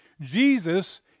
jesus